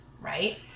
right